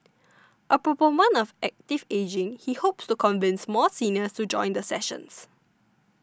a proponent of active ageing he hopes to convince more seniors to join the sessions